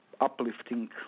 uplifting